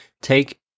take